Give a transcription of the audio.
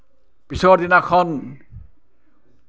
পিছৰ দিনাখন